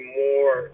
more –